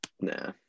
Nah